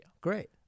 Great